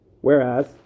Whereas